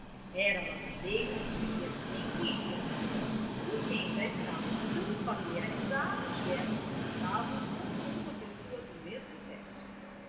era lavadeiro e vivia sempre entre as mulheres com quem já estava tão familiarizado que elas o tratavam como a uma pessoa do mesmo sexo